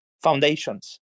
foundations